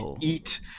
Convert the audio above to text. eat